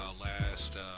last